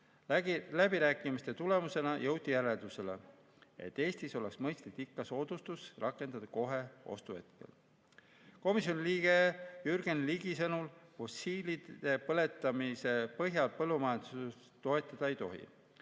Läbirääkimiste tulemusena jõuti järeldusele, et Eestis oleks mõistlik soodustus rakendada kohe ostuhetkel. Komisjoni liikme Jürgen Ligi sõnul fossiilkütuse põletamise põhjal põllumajandust toetada ei tohi.